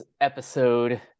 episode